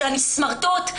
שאני סמרטוט,